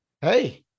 hey